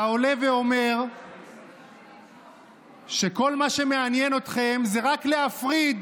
אתה עולה ואומר שכל מה שמעניין אתכם זה רק להפריד